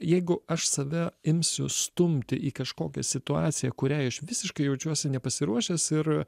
jeigu aš save imsiu stumti į kažkokią situaciją kuriai aš visiškai jaučiuosi nepasiruošęs ir